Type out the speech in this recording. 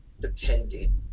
depending